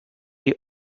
you